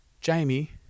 Jamie